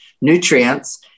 nutrients